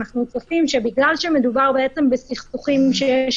אנחנו צופים שבגלל שמדובר בסכסוכים שיש